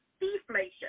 deflation